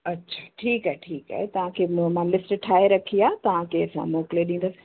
अच्छा ठीकु आहे ठीकु आहे तव्हांखे मां लिस्ट ठाहे रखी आहे तव्हांखे असां मोकिले ॾींदसि